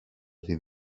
ότι